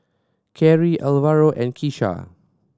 Cary Alvaro and Kisha